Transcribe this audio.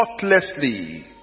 thoughtlessly